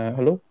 Hello